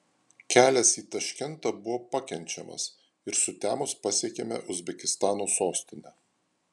kelias į taškentą buvo pakenčiamas ir sutemus pasiekėme uzbekistano sostinę